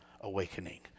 awakening